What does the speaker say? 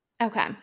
okay